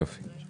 יופי.